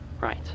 Right